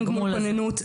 אין גמול כזה,